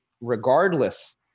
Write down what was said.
regardless